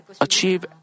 achieve